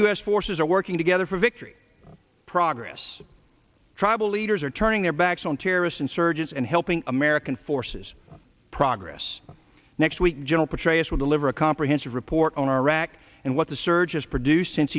s forces are working together for victory progress tribal leaders are turning their backs on terrorist insurgents and helping american forces progress next week general petraeus will deliver a comprehensive report on iraq and what the surge has produced since